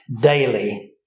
daily